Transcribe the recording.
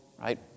right